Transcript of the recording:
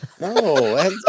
No